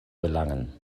gelangen